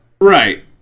Right